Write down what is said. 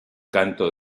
canto